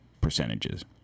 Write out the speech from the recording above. percentages